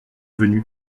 venue